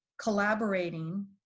collaborating